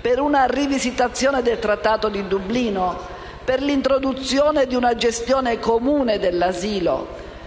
per una rivisitazione del Regolamento di Dublino, per l'introduzione di una gestione comune dell'asilo,